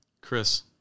Chris